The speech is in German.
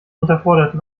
unterforderten